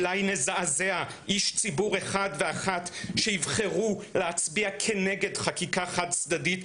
אולי נזעזע איש ציבור אחד ואחת שיבחרו להצביע כנגד חקיקה חד צדדית,